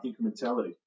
incrementality